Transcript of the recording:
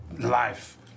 life